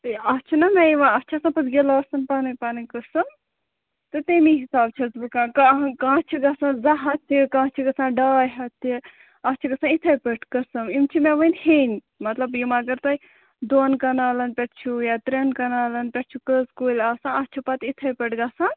اَتھ چھُنَہ مےٚ یِوان اَتھ چھِ آسان پتہٕ گِلاسن پنٕنۍ پنٕنۍ قٕسم تہٕ تمے حَساب چھَس بہٕ کانٛہہ چھِ گَژھان زٕ ہتھ تہِ کانٛہہ چھِ گَژھان ڈاے ہتھ تہِ اَتھ چھِ گژھان یِتھے پٲٹھۍ قٕسم یِم چھِ مےٚ وۄنۍ ہیٚنۍ مطلب یِم اگر تۄہہِ دۄن کَنالن پٮ۪ٹھ چھُو یا ترٛین کَنالن پٮ۪ٹھ چھُو کٔژ کُلۍ آسان اَتھ چھُ پتہٕ یِتھَے پٲٹھۍ گَژھان